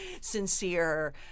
sincere